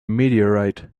meteorite